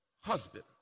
husband